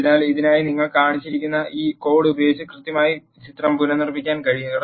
അതിനാൽ ഇതിനായി ഇവിടെ കാണിച്ചിരിക്കുന്ന ഈ കോഡ് ഉപയോഗിച്ച് കൃത്യമായ ചിത്രം പുനർനിർമ്മിക്കാൻ കഴിയും